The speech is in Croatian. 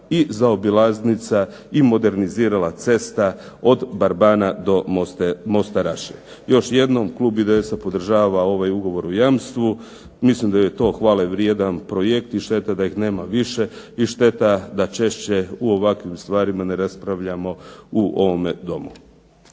i zaobilaznica i modernizirala cesta, od Barbana do mosta Raše. Još jednom, klub IDS-a podržava ovaj ugovor o jamstvu. Mislim da je to hvalevrijedan projekt i šteta da ih nema više i šteta da češće u ovakvim stvarima ne raspravljamo u ovome Domu.